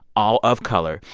all of color,